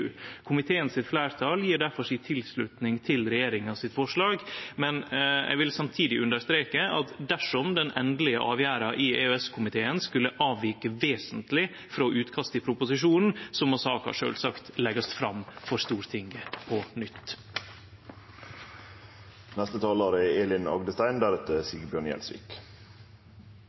si tilslutning til forslaget frå regjeringa, men eg vil samtidig understreke at viss den endelege avgjerda i EØS-komiteen skulle avvike vesentleg frå utkastet i proposisjonen, må saka sjølvsagt leggjast fram for Stortinget på